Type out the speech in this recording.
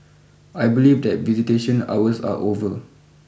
I believe that visitation hours are over